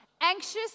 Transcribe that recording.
anxious